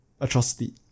atrocity